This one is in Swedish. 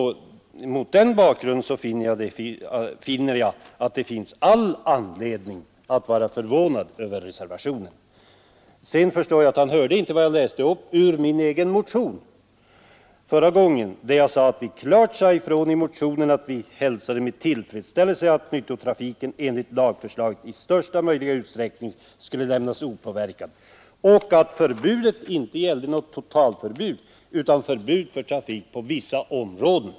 Mot den bakgrunden finns det all anledning att vara förvånad över reservationen. Jag förstår att herr Strömberg inte hörde vad jag läste upp ur vår motion. Vi säger i motionen klart ifrån att vi I att nyttotrafiken enligt lagförslaget skall lämnas opåverkad i största möjliga utsträckning och att förbudet inte är något totalförbud utan bara ett förbud mot trafik i vissa områden.